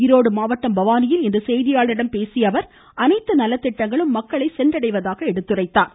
ஈரோடு மாவட்டம் பவானியில் இன்று செய்தியாளர்களிடம் பேசிய அவர் நலத்திட்டங்களும் மக்களை சென்றடைவதாக கூறினார்